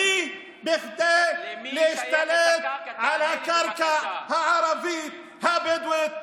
הוא כדי להשתלט על הקרקע הערבית הבדואית בנגב.